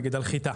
נגיד על חיטה?